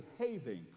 behaving